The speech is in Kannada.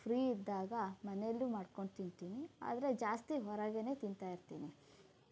ಫ್ರೀ ಇದ್ದಾಗ ಮನೆಯಲ್ಲೂ ಮಾಡಿಕೊಂಡು ತಿಂತೀನಿ ಆದರೆ ಜಾಸ್ತಿ ಹೊರಗೇ ತಿಂತಾ ಇರ್ತೀನಿ